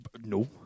No